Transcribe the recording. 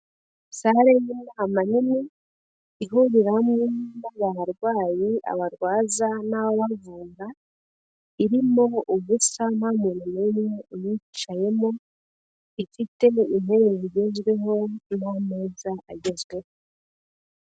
Sare y'umwanya munini ihuriramo abarwayi, abarwaza n'abivuza, irimo ubusa nta muntu n'umwe uyicayemo, ifitemo intebe zigezweho n'ameza agezweho.